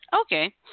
Okay